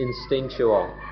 instinctual